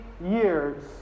years